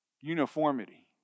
uniformity